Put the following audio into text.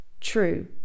true